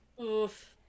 Oof